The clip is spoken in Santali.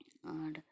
ᱟᱨ